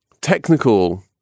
technical